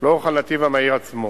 לאורך הנתיב המהיר עצמו.